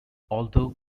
although